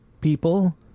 people